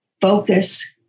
focus